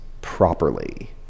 properly